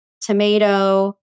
tomato